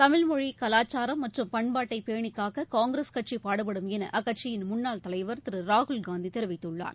தமிழ் மொழி கலாச்சாரம் மற்றும் பண்பாட்டை பேணிக்காக்க காங்கிரஸ் கட்சி பாடுபடும் என அக்கட்சியின் முன்னாள் தலைவர் திரு ராகுல்காந்தி தெரிவித்துள்ளார்